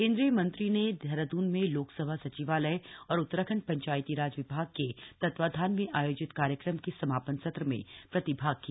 केन्द्रीय मंत्री ने देहरादून में लोकसभा सचिवालय और उत्तराखण्ड पंचायतीराज विभाग के तत्वावधान में आयोजित कार्यक्रम के समापन सत्र में प्रतिभाग किया